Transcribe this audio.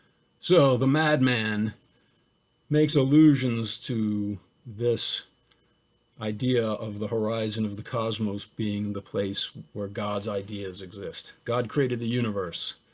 so, the madman makes illusions to this idea of the horizon of the cosmos being the place where god's ideas exist. god created the universe,